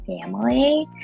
family